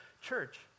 church